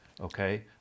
Okay